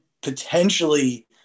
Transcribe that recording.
potentially